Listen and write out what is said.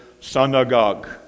synagogue